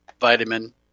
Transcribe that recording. vitamin